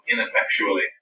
ineffectually